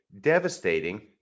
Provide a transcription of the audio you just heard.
devastating